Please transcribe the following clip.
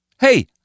Hey